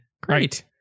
Great